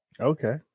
Okay